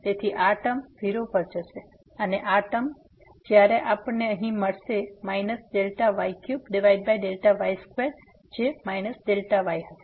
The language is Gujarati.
તેથી આ ટર્મ 0 પર જશે અને આ ટર્મ 0 પર જશે અને જ્યારે આપણને અહીં મળશે Δy3Δy2 જે Δy હશે